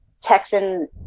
texan